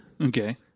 Okay